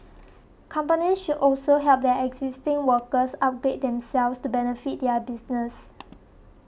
companies should also help their existing workers upgrade themselves to benefit their business